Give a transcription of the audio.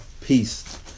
peace